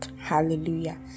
Hallelujah